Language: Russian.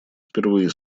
впервые